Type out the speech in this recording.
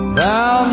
Thou